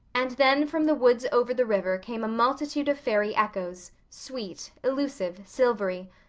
and then from the woods over the river came a multitude of fairy echoes, sweet, elusive, silvery,